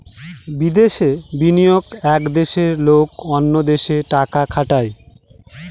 বিদেশে বিনিয়োগ এক দেশের লোক অন্য দেশে টাকা খাটায়